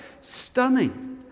stunning